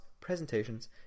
presentations